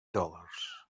dollars